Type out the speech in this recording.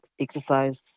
exercise